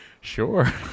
Sure